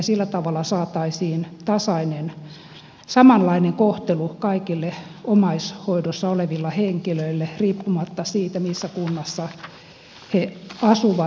sillä tavalla saataisiin samanlainen kohtelu kaikille omaishoidossa oleville henkilöille riippumatta siitä missä kunnassa he asuvat